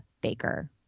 Baker